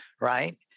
right